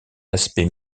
aspect